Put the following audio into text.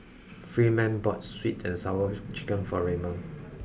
freeman bought sweet and sour chicken for Raymon